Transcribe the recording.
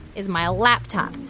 is my laptop.